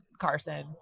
Carson